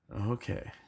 Okay